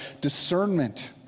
discernment